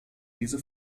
diese